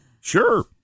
Sure